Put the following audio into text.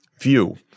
view